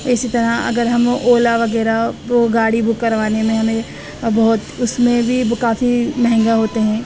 اسی طرح اگر ہم اولا وغیرہ وہ گاڑی بک کروانے میں ہمیں بہت اس میں بھی کافی مہنگا ہوتے ہیں